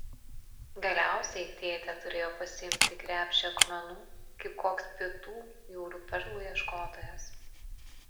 galiausiai tėtė turėjo pasiimti krepšį akmenų kaip koks pietų jūrų perlų ieškotojas